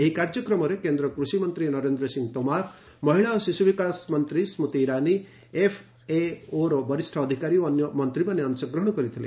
ଏହି କାର୍ଯ୍ୟକ୍ରମରେ କେନ୍ଦ୍ର କୃଷିମନ୍ତ୍ରୀ ନରେନ୍ଦ୍ର ସିଂ ତୋମାର ମହିଳା ଓ ଶିଶୁ ବିକାଶ ମନ୍ତ୍ରୀ ସ୍କତି ଇରାନୀ ଏଫ୍ଏଓର ବରିଷ୍ଣ ଅଧିକାରୀ ଏବଂ ଅନ୍ୟ ମନ୍ତ୍ରୀମାନେ ଅଂଶଗ୍ରହଣ କରିଥିଲେ